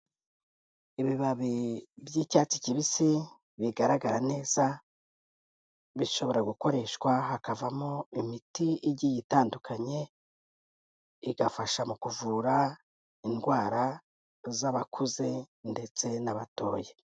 Ibibabi by'icyatsi kibisi bigaragara neza bishobora gukoreshwa hakavamo imiti igiye itandukanye, igafasha mu kuvura indwara z'abakuze ndetse n'abatoya.